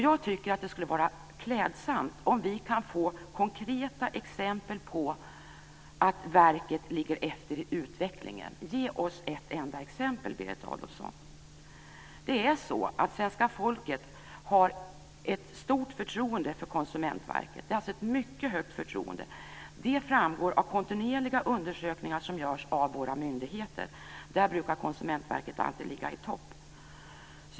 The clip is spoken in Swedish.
Jag tycker att det skulle vara klädsamt om vi kunde få konkreta exempel på att verket ligger efter i utvecklingen. Ge oss ett enda exempel, Berit Adolfsson! Svenska folket har ett stort förtroende för Konsumentverket. Det har ett mycket stort förtroende. Det framgår av kontinuerliga undersökningar som görs av våra myndigheter. Där brukar Konsumentverket alltid ligga i topp.